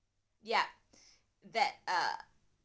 yup that err